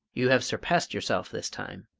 you have surpassed yourself this time.